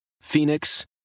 Phoenix